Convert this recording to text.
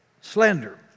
slander